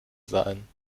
sein